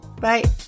Bye